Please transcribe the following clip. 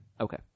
Okay